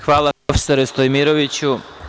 Hvala, profesore Stojmiroviću.